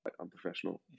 unprofessional